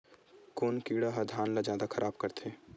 कोन कीड़ा ह धान ल जादा खराब करथे?